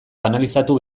banalizatu